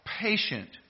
patient